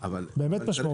באמת משמעותי.